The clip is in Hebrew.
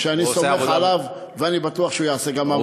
אני סומך עליו ואני בטוח שהוא יעשה עבודה טובה גם בנושא הזה.